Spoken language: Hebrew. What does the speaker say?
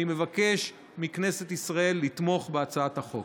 אני מבקש מכנסת ישראל לתמוך בהצעת החוק.